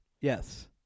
yes